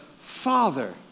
Father